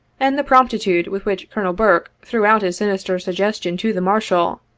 and the promptitude with which col. burke threw out his sinister suggestion to the marshal,